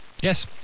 Yes